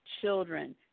children